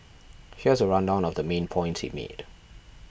here's a rundown of the main points he made